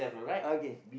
okay